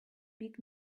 big